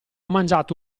mangiato